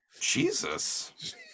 Jesus